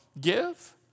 give